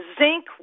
zinc